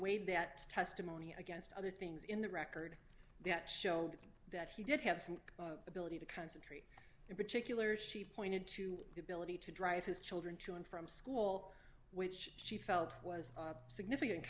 waived that testimony against other things in the record that showed that he did have some ability to concentrate in particular she pointed to the ability to drive his children to and from school which she felt was significant